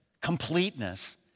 completeness